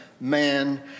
man